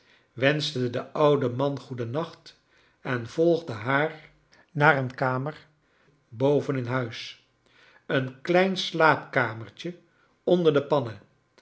wenschte den ouden man goeden nacht en volgde haar naar een kamer boven in huis een klein slaapkamertje onder de pannen